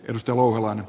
risto ulmalan